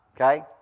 okay